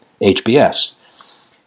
HBS